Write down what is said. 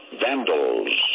Vandals